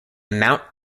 mount